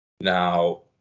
Now